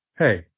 Hey